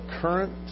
current